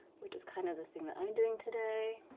which is kind of the thing that i'm doing today.